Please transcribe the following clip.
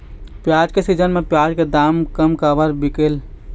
प्याज के सीजन म प्याज के दाम कम काबर बिकेल?